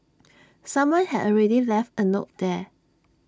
someone had already left A note there